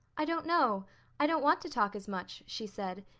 i don't know i don't want to talk as much, she said,